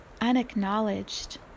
unacknowledged